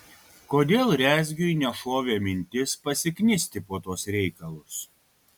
kodėl rezgiui nešovė mintis pasiknisti po tuos reikalus